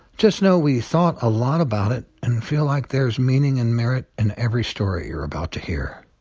just know we thought a lot about it and feel like there's meaning and merit in every story you're about to hear.